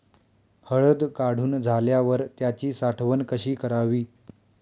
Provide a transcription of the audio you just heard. हळद काढून झाल्यावर त्याची साठवण कशी करावी?